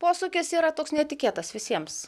posūkis yra toks netikėtas visiems